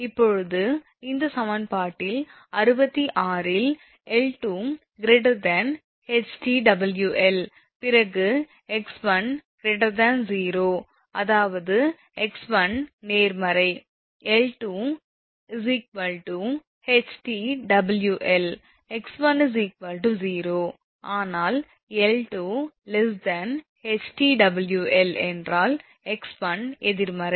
இப்போது இந்த சமன்பாட்டில் 66 ல் 𝐿2 ℎ𝑇𝑊𝐿 பிறகு 𝑥1 0 அதாவது 𝑥1 நேர்மறை 𝐿2 ℎ𝑇𝑊𝐿 𝑥1 0 ஆனால் 𝐿2 ℎ𝑇𝑊𝐿 என்றால் 𝑥1 எதிர்மறை